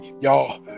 y'all